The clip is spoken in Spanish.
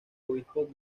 obispo